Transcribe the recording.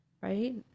right